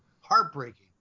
Heartbreaking